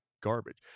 garbage